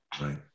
Right